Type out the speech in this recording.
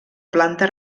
planta